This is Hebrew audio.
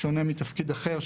בשונה מתפקיד אחר,